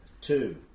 two